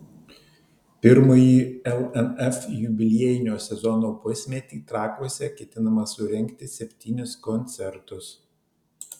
pirmąjį lnf jubiliejinio sezono pusmetį trakuose ketinama surengti septynis koncertus